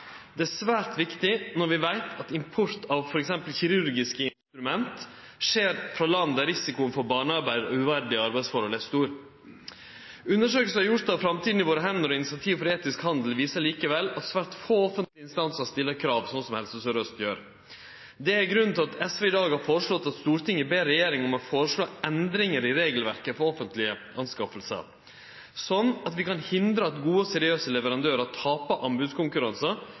Det er svært viktig når vi veit at import av f.eks. kirurgiske instrument skjer frå land der risikoen for barnearbeid og uverdige arbeidsforhold er stor. Undersøkingar som er gjort av Framtiden i våre hender og Initiativ for etisk handel, viser likevel at svært få offentlege instansar stiller krav, slik som Helse Sør-Øst gjer. Det er grunnen til at SV i dag har foreslått at Stortinget skal be regjeringa om å foreslå endringar i regelverket for offentlege anskaffingar, slik at vi kan hindre at gode og seriøse leverandørar